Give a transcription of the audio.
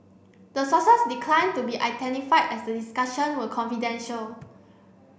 the sources declined to be identified as the discussion were confidential